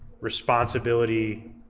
responsibility